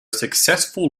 successful